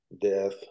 death